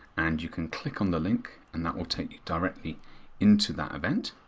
and you can click on the link, and that will take you directly into that event.